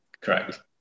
correct